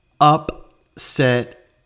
upset